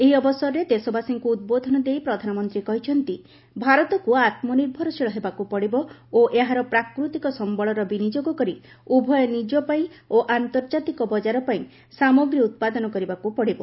ଏହି ଅବସରରେ ଦେଶବାସୀଙ୍କୁ ଉଦ୍ବୋଧନ ଦେଇ ପ୍ରଧାନମନ୍ତ୍ରୀ କହିଛନ୍ତି ଭାରତକୁ ଆତ୍ମନିର୍ଭରଶୀଳ ହେବାକୁ ପଡ଼ିବ ଓ ଏହାର ପ୍ରାକୃତିକ ସମ୍ପଳର ବିନିଯୋଗ କରି ଉଭୟ ନିଜ ପାଇଁ ଓ ଆନ୍ତର୍ଜାତିକ ବଜାର ପାଇଁ ସାମଗ୍ରୀ ଉତ୍ପାଦନ କରିବାକୁ ପଡ଼ିବ